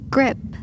Grip